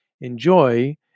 enjoy